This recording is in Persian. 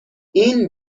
این